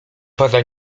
poza